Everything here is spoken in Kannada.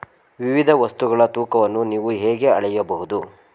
ವಿವಿಧ ವಸ್ತುಗಳ ತೂಕವನ್ನು ನಾವು ಹೇಗೆ ಅಳೆಯಬಹುದು?